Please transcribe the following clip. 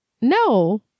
No